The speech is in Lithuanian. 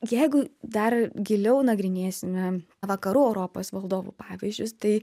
jeigu dar giliau nagrinėsime vakarų europos valdovų pavyzdžius tai